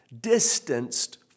distanced